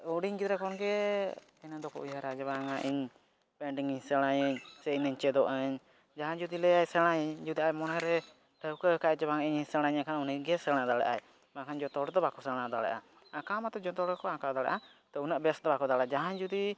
ᱦᱩᱰᱤᱧ ᱜᱤᱫᱽᱨᱟᱹ ᱠᱷᱚᱱᱜᱮ ᱤᱱᱟᱹ ᱫᱚᱠᱚ ᱩᱭᱦᱟᱹᱨᱟ ᱡᱮ ᱵᱟᱝᱟ ᱤᱧ ᱤᱧ ᱥᱮᱬᱟᱭᱟᱹᱧ ᱥᱮ ᱤᱧ ᱪᱮᱫᱚᱜᱟᱹᱧ ᱡᱟᱦᱟᱸᱭ ᱡᱩᱫᱤ ᱞᱟᱹᱭᱟᱭ ᱥᱮᱬᱟᱭᱟᱹᱧ ᱡᱩᱫᱤ ᱟᱡ ᱢᱚᱱᱮᱨᱮ ᱴᱷᱟᱹᱣᱠᱟᱹ ᱟᱠᱟᱫᱼᱟᱭ ᱡᱮ ᱵᱟᱝ ᱤᱧ ᱥᱮᱬᱟᱭᱟ ᱮᱱᱠᱷᱟᱱ ᱩᱱᱤᱜᱮᱭ ᱥᱮᱬᱟ ᱫᱟᱲᱮᱭᱟᱜ ᱟᱭ ᱵᱟᱠᱷᱟᱱ ᱡᱚᱛᱚ ᱦᱚᱲ ᱫᱚ ᱵᱟᱠᱚ ᱥᱮᱬᱟ ᱫᱟᱲᱮᱭᱟᱜᱼᱟ ᱟᱸᱠᱟᱣ ᱢᱟᱛᱚ ᱡᱚᱛᱚ ᱦᱚᱲ ᱜᱮᱠᱚ ᱟᱸᱠᱟᱣ ᱫᱟᱲᱮᱭᱟᱜᱼᱟ ᱛᱳ ᱩᱱᱟᱹᱜ ᱵᱮᱥ ᱫᱚ ᱵᱟᱠᱚ ᱫᱟᱲᱮᱭᱟᱜᱼᱟ ᱡᱟᱦᱟᱸᱭ ᱡᱩᱫᱤ